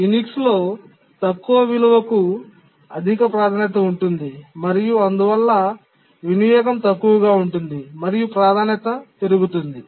యునిక్స్లో తక్కువ విలువ కు అధిక ప్రాధాన్యత ఉంటుంది మరియు అందువల్ల వినియోగం తక్కువగా ఉంటుంది మరియు ప్రాధాన్యత పెరుగుతుంది